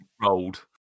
rolled